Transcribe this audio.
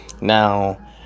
Now